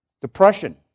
Depression